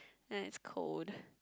and it's cold